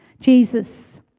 Jesus